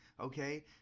Okay